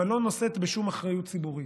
אבל לא נושאת בשום אחריות ציבורית,